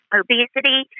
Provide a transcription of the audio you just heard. obesity